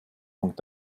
punkt